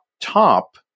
top